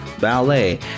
ballet